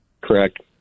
Correct